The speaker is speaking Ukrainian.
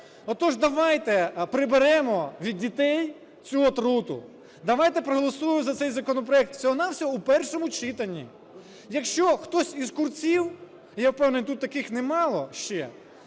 Отож давайте приберемо від дітей цю отруту. Давайте проголосуємо за цей законопроект всього-на-всього у першому читанні. Якщо хтось із курців, я впевнений, тут таких немало ще,